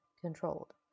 Controlled